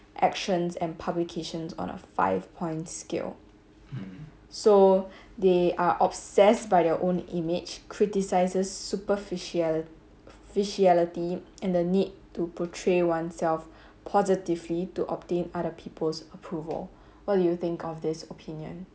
actions and publications on a five point scale so they are obsessed by their own image criticises superficiali~ superficiality and the need to portray oneself positively to obtain other people's approval what do you think of this opinion